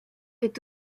est